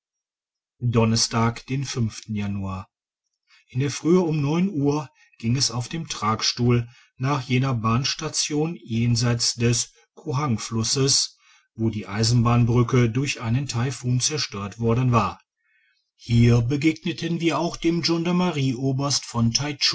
donnerstag den januar in der frühe um neun uhr ging es auf dem tragstuhl nach jener bahnstation jenseits des kuhangflusses wo die eisenbahnbrücke durch einen taifun zerstört worden war hier begegneten wir auch dem gendarmerie oberst von